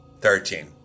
Thirteen